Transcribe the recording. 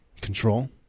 Control